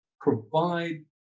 provide